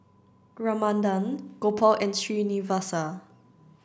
Ramanand Gopal and Srinivasa